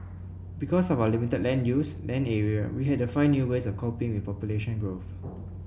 because of our limited land use land area we had to find new ways of coping with population growth